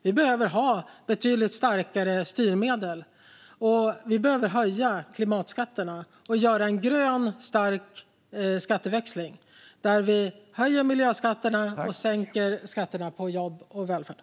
Vi behöver ha betydligt starkare styrmedel. Vi behöver också höja klimatskatterna och göra en grön och stark skatteväxling där vi höjer miljöskatterna och sänker skatterna på jobb och välfärd.